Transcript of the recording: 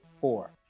four